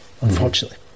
unfortunately